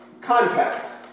Context